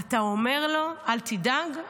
אתה אומר לו: אל תדאג,